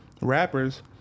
rappers